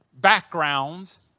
backgrounds